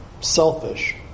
Selfish